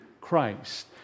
Christ